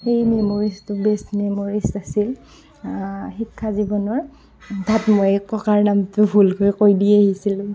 সেই মেমৰিজটো best memories আছিল শিক্ষাজীৱনৰ ভুলকৈ কৰি আহিছিলোঁ